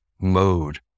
mode